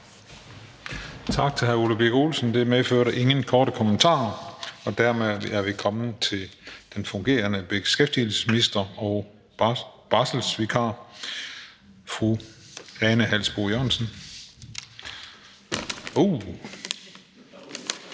Tak til hr. Ole Birk Olesen tak. Det medførte ingen korte bemærkninger, og dermed er vi kommet til den fungerende beskæftigelsesminister og barselsvikar. Velkommen.